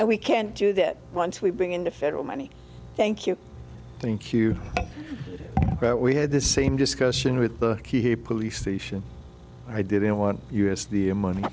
and we can't do that once we bring in the federal money thank you thank you but we had the same discussion with the key here police station i didn't want us the money